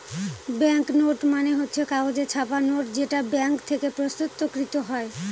bank note মানে হচ্ছে কাগজে ছাপা নোট যেটা ব্যাঙ্ক থেকে প্রস্তুত কৃত হয়